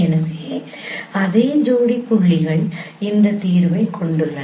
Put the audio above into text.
எனவே அதே ஜோடி புள்ளிகள் இந்த தீர்வுகளைக் கொண்டுள்ளன